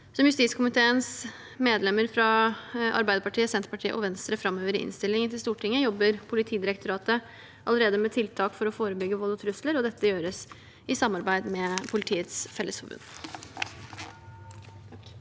Som justiskomiteens medlemmer fra Arbeiderpartiet, Senterpartiet og Venstre framhever i innstillingen til Stortinget, jobber Politidirektoratet allerede med tiltak for å forebygge vold og trusler. Dette gjøres i samarbeid med Politiets Fellesforbund.